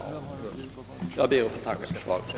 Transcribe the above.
Jag ber än en gång att få tacka för svaret.